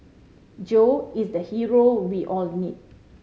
Joe is the hero we all need